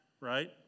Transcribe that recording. right